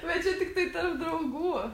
bet čia tiktai tarp draugų